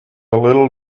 little